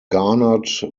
garnered